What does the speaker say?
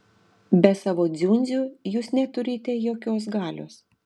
be savo dziundzių jūs neturite jokios galios